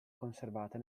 conservata